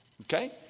Okay